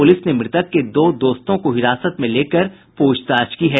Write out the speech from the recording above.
police ने मृतक के दो दोस्तों को हिरासत में लेकर पूछताछ की है